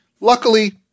Luckily